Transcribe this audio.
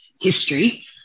history